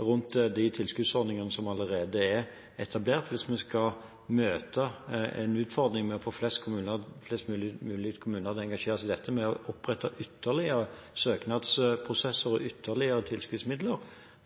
rundt de tilskuddsordningene som allerede er etablert, hvis vi skulle møte en utfordring med å få flest mulige kommuner engasjert i dette med å opprette ytterligere søknadsprosesser og ytterligere tilskuddsmidler.